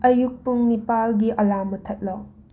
ꯑꯌꯨꯛ ꯄꯨꯡ ꯅꯤꯄꯥꯜꯒꯤ ꯑꯂꯥꯔꯝ ꯃꯨꯊꯠꯂꯣ